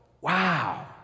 wow